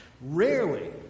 Rarely